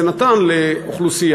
זה נתן לאוכלוסייה,